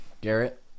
Garrett